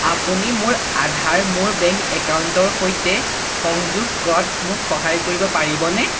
আপুনি মোৰ আধাৰ মোৰ বেংক একাউণ্টৰ সৈতে সংযোগ কৰাত মোক সহায় কৰিব পাৰিবনে